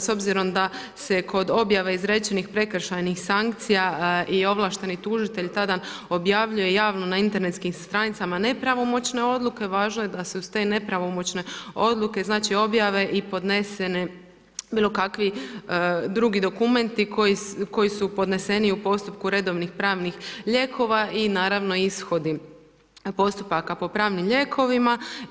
s obzirom da se kod objave izrečenih prekršajnih sankcija i ovlašteni tužitelj tada objavljuje javno na internetskim stranicama nepravomoćne odluke, važno je da se uz te nepravomoćne odluke objave i podneseni bilokakvi drugi dokumenti koji su podneseni u postupku redovnih, pravnih lijekova i naravno ishodi postupaka po pravnim lijekovima.